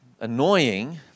annoying